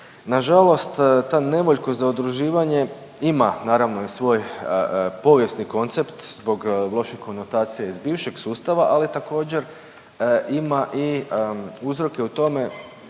Nažalost, ta nevoljkost za udruživanje ima naravno i svoj povijesni koncept zbog loših konotacija iz bivšeg sustava, ali također ima i uzroke u tome